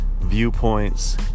viewpoints